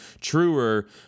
truer